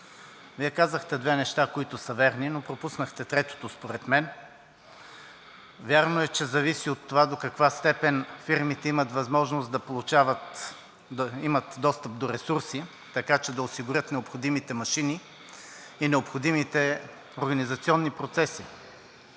Вие казахте две неща, които са верни, но пропуснахте третото според мен. Вярно е, че зависи от това до каква степен фирмите имат възможност да имат достъп до ресурси, така че да осигурят необходимите машини и необходимите организационни процеси.